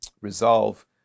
resolve